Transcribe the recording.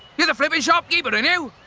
you're the flippin shopkeeper, int you?